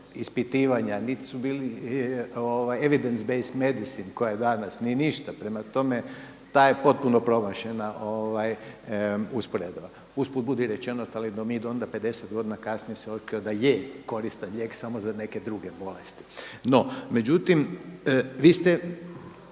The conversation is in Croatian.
ispitivanja, niti su bili …/Govornik se ne razumije./… koja je danas, ni ništa. Prema tome, ta je potpuno promašena usporedba. Usput budi rečeno, talidomid onda 50 godina kasnije se otkrio da je koristan lijek samo za neke druge bolesti. No međutim vi ste